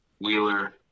Wheeler